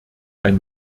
ein